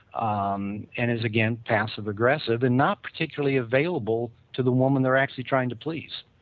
um and is again passive-aggressive and not particularly available to the woman they're actually trying to please